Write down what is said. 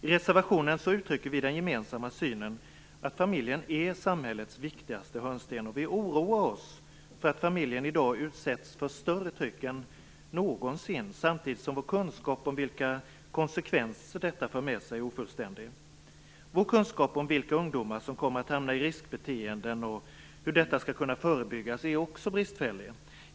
I reservationen uttrycker vi vår gemensamma syn: Familjen är samhällets viktigaste hörnsten. Vi oroar oss för att familjen i dag utsätts för ett större tryck än någonsin, samtidigt som vår kunskap om vilka konsekvenser detta får är ofullständig. Vår kunskap om vilka ungdomar det är som kommer att hamna i riskbeteenden och om hur det skall kunna förebyggas är också bristfällig.